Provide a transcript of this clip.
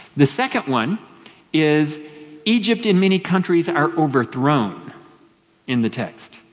the second one is egypt and many countries are overthrown in the text.